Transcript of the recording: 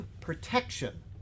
protection